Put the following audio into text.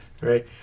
Right